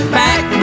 back